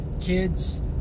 kids